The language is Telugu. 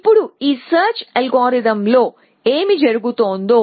ఇప్పుడు ఈ సెర్చ్ అల్గోరిథంలో ఏమి జరుగుతుందో